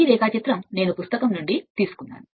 ఈ రేఖాచిత్రం నేను పుస్తకం నుండి తీసుకున్నాను